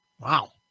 Wow